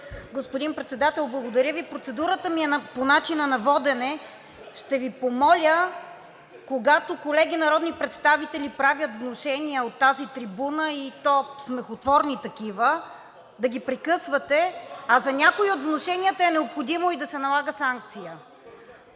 Господин Председател, благодаря Ви. Процедурата ми е по начина на водене. Ще Ви помоля, когато колеги народни представители правят внушения от тази трибуна, и то смехотворни такива, да ги прекъсвате, а за някои от внушенията е необходимо да се налага и санкция,